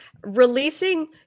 releasing